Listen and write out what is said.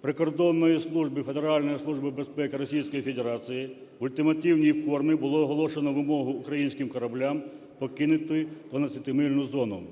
прикордонної служби Федеральної служби безпеки Російської Федерації в ультимативній формі було оголошено вимогу українським кораблям покинути дванадцятимильну зону.